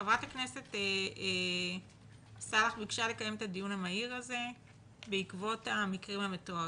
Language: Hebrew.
ח"כ סאלח ביקשה לקיים את הדיון המהיר הזה בעקבות המקרים המתוארים,